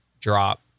drop